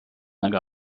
nag